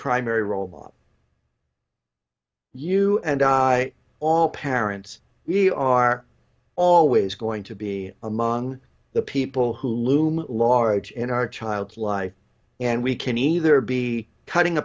primary role model you and i all parents we are always going to be among the people who loom large in our child's life and we can either be cutting a